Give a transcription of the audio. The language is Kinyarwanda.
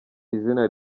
izina